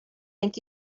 thank